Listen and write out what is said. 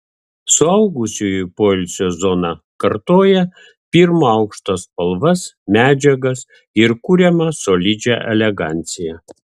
suaugusiųjų poilsio zona kartoja pirmo aukšto spalvas medžiagas ir kuriamą solidžią eleganciją